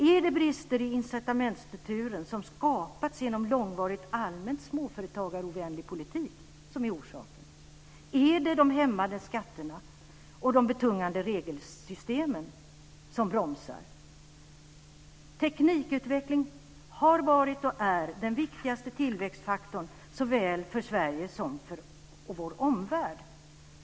Är det brister i incitamentsstrukturen som skapats genom en långvarigt allmänt småföretagarovänlig politik som är orsaken? Är det de hämmande skatterna och betungande regelsystemen som bromsar? Teknikutveckling har varit och är den viktigaste tillväxtfaktor såväl för Sverige som för vår omvärld.